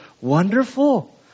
wonderful